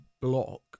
block